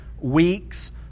weeks